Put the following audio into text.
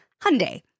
Hyundai